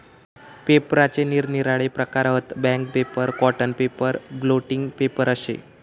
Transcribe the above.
पेपराचे निरनिराळे प्रकार हत, bank paper, cotton paper, blotting paper अशे